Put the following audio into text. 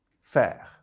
Faire